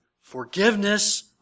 forgiveness